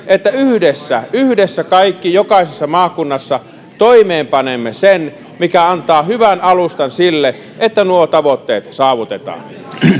että yhdessä yhdessä kaikki jokaisessa maakunnassa toimeenpanemme sen mikä antaa hyvän alustan sille että nuo tavoitteet saavutetaan